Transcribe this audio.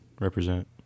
represent